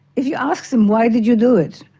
if you asked them, why did you do it?